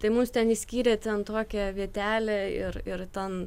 tai mums ten išskyrė ten tokią vietelę ir ir ten